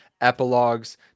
epilogues